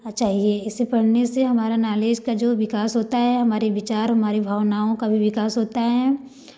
चाहिए इसे पढ़ने से हमारा नालेज का जो विकास होता है हमारे विचार हमारे भावनाओं का भी विकास होता है